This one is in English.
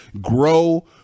grow